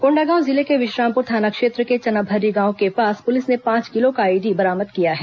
कोंडागांव जिले के विश्रामपुर थाना क्षेत्र के चनाभरी गांव के पास पुलिस ने पांच किलो का आईईडी बरामद किया है